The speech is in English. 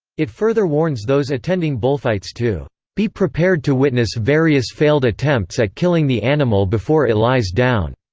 it further warns those attending bullfights to be prepared to witness various failed attempts at killing the animal before it lies down.